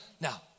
Now